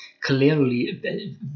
clearly